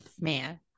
Man